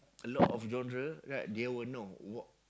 a lot of genre right they will know what